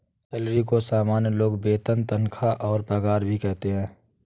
salary को सामान्य लोग वेतन तनख्वाह और पगार भी कहते है